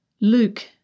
Luke